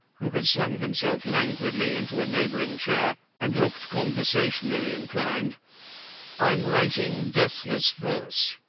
who had slung himself languidly into a neighbouring chair and looked conversationally inclined i'm writing deathless verse.